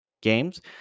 games